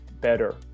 better